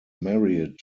married